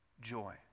joy